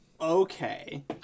Okay